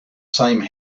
same